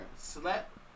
slept